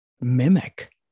mimic